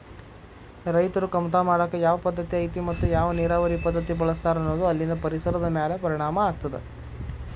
ರೈತರು ಕಮತಾ ಮಾಡಾಕ ಯಾವ ಪದ್ದತಿ ಐತಿ ಮತ್ತ ಯಾವ ನೇರಾವರಿ ಪದ್ಧತಿ ಬಳಸ್ತಾರ ಅನ್ನೋದು ಅಲ್ಲಿನ ಪರಿಸರದ ಮ್ಯಾಲ ಪರಿಣಾಮ ಆಗ್ತದ